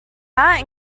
matt